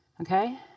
Okay